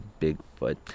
Bigfoot